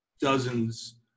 dozens